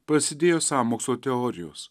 prasidėjo sąmokslo teorijos